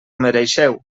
mereixeu